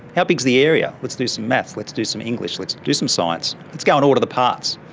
how big is the area? let's do some maths, let's do some english, let's do some science let's go and order the parts,